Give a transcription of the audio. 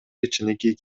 кичинекей